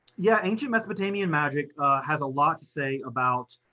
yeah, ancient mesopotamian magic has a lot to say about,